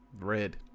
red